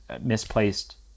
misplaced